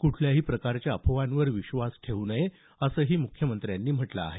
कुठल्याही प्रकारच्या अफवांवर विश्वास ठेऊ नये असंही मुख्यमंत्र्यांनी सांगितलं आहे